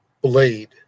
Blade